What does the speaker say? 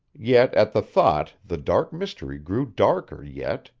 yet at the thought the dark mystery grew darker, yet,